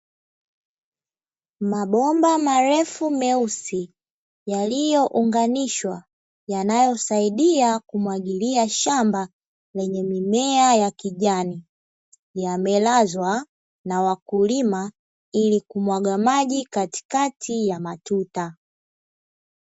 Mabomba marefu meusi yaliyounganishwa yanayosaidia kumwagilia shamba lenye mimea ya kijani, yamelazwa na wakulima ili kumwaga maji katikati ya matuta.